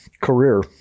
career